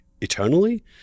eternally